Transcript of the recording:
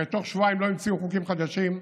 הרי תוך שבועיים לא המציאו חוקים חדשים.